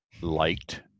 liked